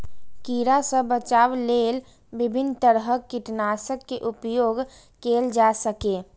कीड़ा सं बचाव लेल विभिन्न तरहक कीटनाशक के उपयोग कैल जा सकैए